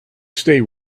stay